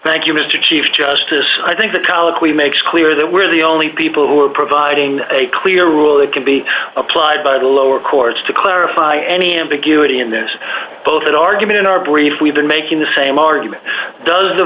thank you mr chief justice i think the kalak we makes clear that we're the only people who are providing a clear rule that can be applied by the lower courts to clarify any ambiguity in this both that argument in our brief we've been making the same argument does the